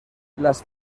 las